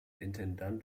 intendant